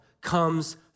comes